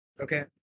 okay